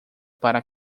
para